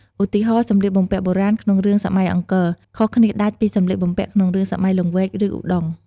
ឧទាហរណ៍ សម្លៀកបំពាក់បុរាណក្នុងរឿងសម័យអង្គរ ខុសគ្នាដាច់ពីសម្លៀកបំពាក់ក្នុងរឿងសម័យលង្វែក ឬឧដុង្គ ។